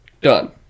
done